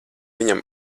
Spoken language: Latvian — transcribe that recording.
viņam